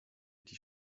die